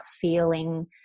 feeling